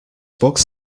books